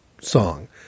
song